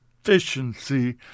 efficiency